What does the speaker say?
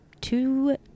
two